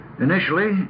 Initially